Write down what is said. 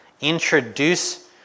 introduce